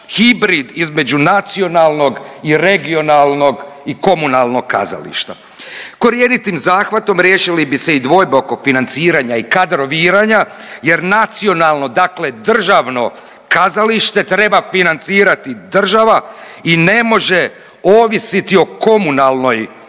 hibrid između nacionalnog i regionalnog i komunalnog kazališta. Korjenitim riješili bi se i dvojbe oko financiranja i kadroviranja jer nacionalno dakle državno kazalište treba financirati država i ne može ovisiti o komunalnoj proračunskoj